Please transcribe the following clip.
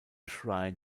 shrine